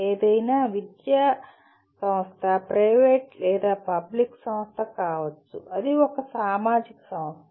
ఏదైనా విద్యా సంస్థప్రైవేట్ లేదా పబ్లిక్ ఒక సామాజిక సంస్థ